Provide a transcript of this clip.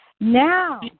Now